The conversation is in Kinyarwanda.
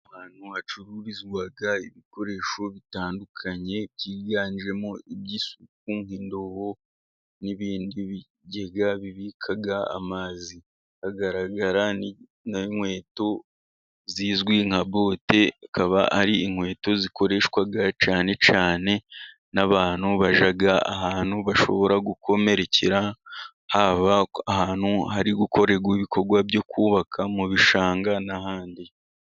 Ahantu hacururizwa ibikoresho bitandukanye, byiganjemo iby'isuku nk'indobo n'ibindi bigega bibika amazi .Hagaragara n'inkweto zizwi nka bote, akaba ari inkweto zikoreshwa cyane cyane n'abantu bajya ahantu bashobora gukomerekera, haba ahantu hari gukorerwa ibikorwa byo kubaka mu bishanga n'ahandi.